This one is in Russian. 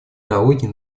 налоги